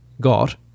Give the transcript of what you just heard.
got